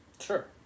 Sure